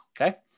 okay